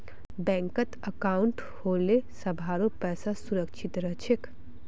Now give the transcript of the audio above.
बैंकत अंकाउट होले सभारो पैसा सुरक्षित रह छेक